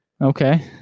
Okay